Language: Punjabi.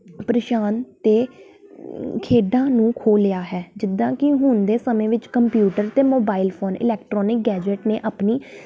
ਪਰੇਸ਼ਾਨ ਅਤੇ ਖੇਡਾਂ ਨੂੰ ਖੋਹ ਲਿਆ ਹੈ ਜਿੱਦਾਂ ਕਿ ਹੁਣ ਦੇ ਸਮੇਂ ਵਿੱਚ ਕੰਪਿਊਟਰ ਅਤੇ ਮੋਬਾਈਲ ਫੋਨ ਇਲੈਕਟਰੋਨਿਕ ਗੈਜਟ ਨੇ ਆਪਣੀ